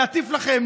להטיף לכם,